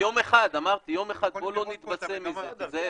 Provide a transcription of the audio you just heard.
זה יום אחד, אמרתי, בואו לא נתבשם מזה, תיזהר.